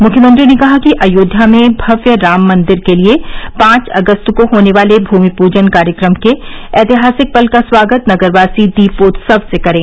मुख्यमंत्री ने कहा कि अयोध्या में भव्य राम मंदिर के लिये पांच अगस्त को होने वाले भूमि पूजन कार्यक्रम के ऐतिहासिक पल का स्वागत नगरवासी दीपोत्सव से करें